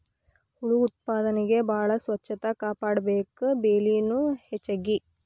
ಹುಳು ಉತ್ಪಾದನೆಗೆ ಬಾಳ ಸ್ವಚ್ಚತಾ ಕಾಪಾಡಬೇಕ, ಬೆಲಿನು ಹೆಚಗಿ